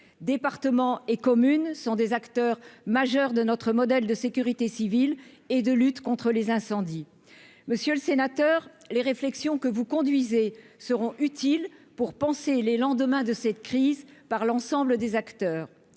Départements et communes sont en effet des acteurs majeurs de notre modèle de sécurité civile et de lutte contre les incendies. Monsieur le sénateur, les réflexions que vous conduisez seront utiles pour penser les lendemains de cette crise avec l'ensemble des acteurs.